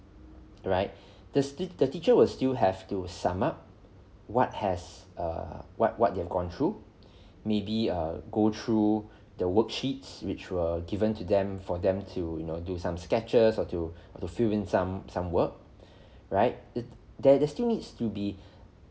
right the stu~ the teacher will still have to sum up what has err what what they've gone through maybe err go through the worksheets which were given to them for them to you know do some sketches or to to fill in some some work right it they're they're still needs to be